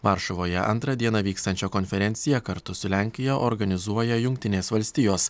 varšuvoje antrą dieną vykstančią konferenciją kartu su lenkija organizuoja jungtinės valstijos